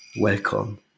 Welcome